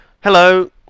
Hello